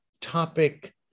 topic